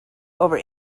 over